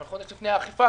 אבל חודש לפני האכיפה,